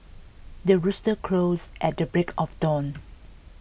the rooster crows at the break of dawn